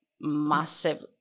massive